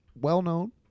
well-known